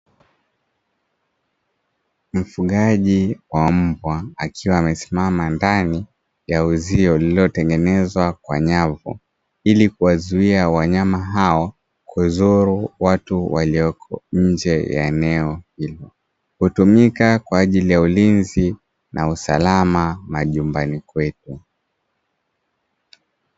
Mfugaji wa mbwa akiwa amesimama ndani ya uzio uliotengenezwa kwa nyavu, ili kuwazuia wanyama hao kudhuru watu walioko njee ya eneo hilo. Hutumika kwa ajili ya ulinzi na usalama majumbani kwetu.